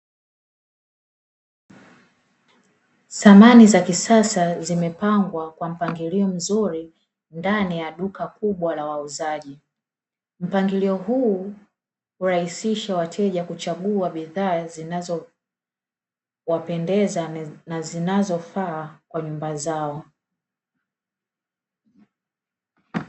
Samani za kisasa zimepangwa kwa mpangilio mzuri ndani ya duka kubwa la wauzaji, mpangilio huu hurahisisha wateja kuchagua bidhaa zinazo wapendeza, na zinazofaa kwa nyumba zao.